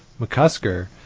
McCusker